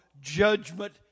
Judgment